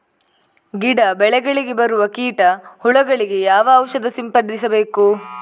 ಗಿಡ, ಬೆಳೆಗಳಿಗೆ ಬರುವ ಕೀಟ, ಹುಳಗಳಿಗೆ ಯಾವ ಔಷಧ ಸಿಂಪಡಿಸಬೇಕು?